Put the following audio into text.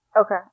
Okay